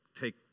take